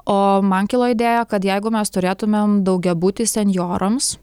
o man kilo idėja kad jeigu mes turėtumėm daugiabutį senjorams